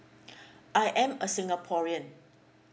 I am a singaporean